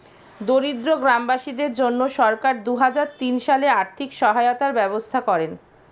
দরিদ্র গ্রামবাসীদের জন্য সরকার দুহাজার তিন সালে আর্থিক সহায়তার ব্যবস্থা করেন